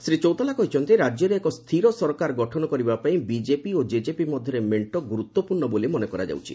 ଶ୍ରୀ ଚୌତାଲା କହିଛନ୍ତି ରାଜ୍ୟରେ ଏକ ସ୍ଥିର ସରକାର ଗଠନ କରିବା ପାଇଁ ବିଜେପି ଓ ଜେଜେପି ମଧ୍ୟରେ ମେଣ୍ଟ ଗୁରୁତ୍ୱପୂର୍ଣ୍ଣ ବୋଲି ମନେ କରାଯାଉଛି